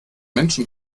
menschen